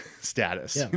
status